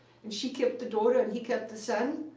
and she kept the daughter and he kept the son.